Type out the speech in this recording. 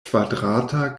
kvadrata